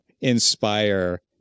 inspire